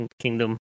kingdom